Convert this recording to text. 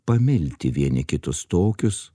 pamilti vieni kitus tokius